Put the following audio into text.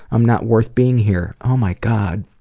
i'm not worth being here. oh my god,